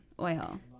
oil